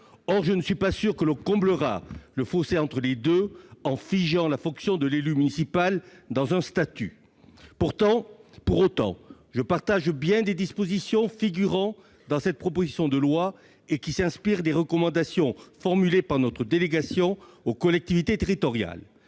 Je ne suis pas sûr que nous comblerons le fossé qui les sépare en figeant la fonction de l'élu municipal dans un statut. Pour autant, je partage bien des dispositions figurant dans cette proposition de loi, laquelle s'inspire des recommandations formulées par notre délégation aux collectivités territoriales.